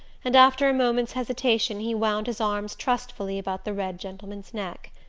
and after a moment's hesitation he wound his arms trustfully about the red gentleman's neck.